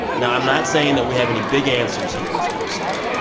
now, i'm not saying that we have any big answers here in this episode.